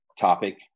topic